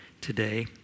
today